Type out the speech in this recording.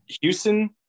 Houston